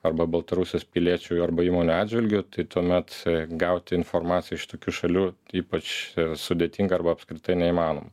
arba baltarusijos piliečiui arba įmonių atžvilgiu tai tuomet gauti informaciją iš tokių šalių ypač sudėtinga arba apskritai neįmanoma